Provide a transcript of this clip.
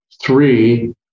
Three